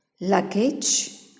luggage